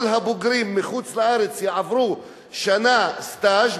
כל הבוגרים מחו"ל יעברו שנה סטאז',